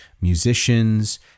musicians